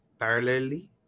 parallelly